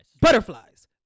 Butterflies